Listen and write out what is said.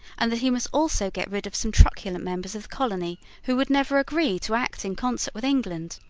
and that he must also get rid of some truculent members of colony, who would never agree to act in concert with england,